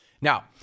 Now